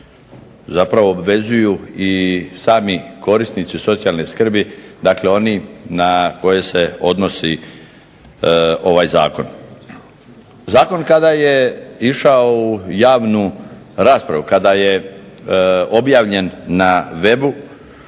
zapravo obvezuju i sami korisnici socijalne skrbi. Dakle, oni na koje se odnosi ovaj zakon. Zakon kada je išao u javnu raspravu, kada je objavljen na webu,